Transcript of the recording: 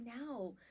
now